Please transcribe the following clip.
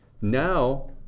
Now